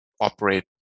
operate